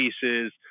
pieces